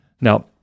Now